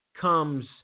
comes